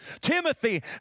Timothy